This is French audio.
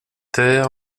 ter